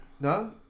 No